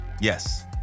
Yes